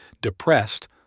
depressed